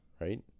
right